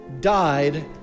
Died